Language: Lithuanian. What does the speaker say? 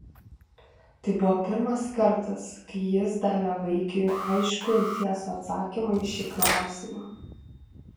tai buvo pirmas kartas kai jis davė vaikiui aiškų ir tiesų atsakymą į šį klausimą